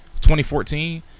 2014